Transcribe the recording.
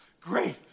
great